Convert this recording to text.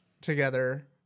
together